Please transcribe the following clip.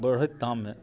बढ़ैत दाममे